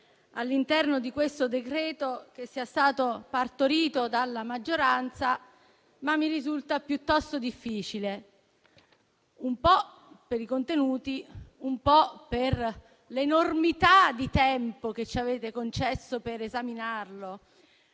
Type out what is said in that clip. all'interno di questo decreto-legge, che sia stato partorito dalla maggioranza, ma mi risulta piuttosto difficile, un po' per i contenuti e un po' per l'enormità di tempo che ci avete concesso per esaminarlo,